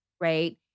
right